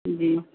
جی